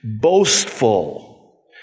boastful